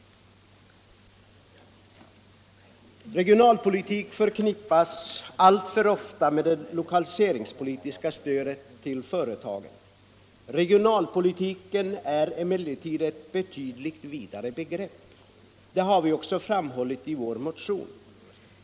Regionalpolitik förknippas alltför ofta med det lokaliseringspolitiska stödet till företagen. Regionalpolitiken är emellertid ett betydligt vidare begrepp. Det har vi också framhållit i vår motion.